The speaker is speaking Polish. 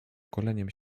goleniem